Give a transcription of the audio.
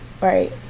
right